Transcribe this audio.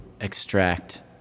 extract